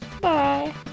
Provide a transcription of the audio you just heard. Bye